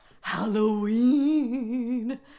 Halloween